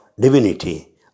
divinity